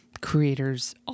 creators